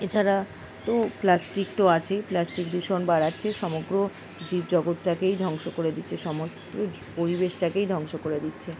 এছাড়া তো প্লাস্টিক তো আছেই প্লাস্টিক দূষণ বাড়াচ্ছে সমগ্র জীবজগৎটাকেই ধ্বংস করে দিচ্ছে সমগ্র পরিবেশটাকেই ধ্বংস করে দিচ্ছে